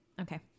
Okay